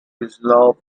yugoslav